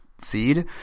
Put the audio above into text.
seed